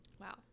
wow